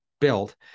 built